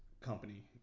company